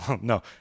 No